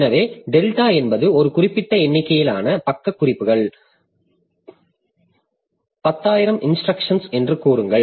எனவே டெல்டா என்பது ஒரு குறிப்பிட்ட எண்ணிக்கையிலான பக்க குறிப்புகள் 10 000 இன்ஸ்டிரக்ஷன் என்று கூறுங்கள்